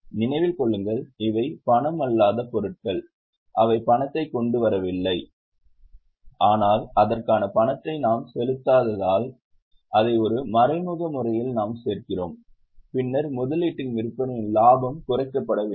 நினைவில் கொள்ளுங்கள் இவை பணமல்லாத பொருட்கள் அவை பணத்தை கொண்டு வரவில்லை ஆனால் அதற்கான பணத்தை நாம் செலுத்தாததால் அதை ஒரு மறைமுக முறையில் நாம் சேர்க்கிறோம் பின்னர் முதலீட்டின் விற்பனையின் லாபம் குறைக்கப்பட வேண்டும்